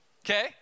Okay